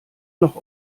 noch